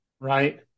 right